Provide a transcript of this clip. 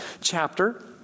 chapter